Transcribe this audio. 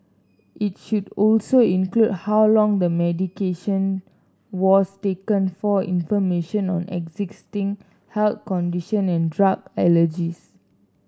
it should also include how long the medication was taken for information on existing health condition and drug allergies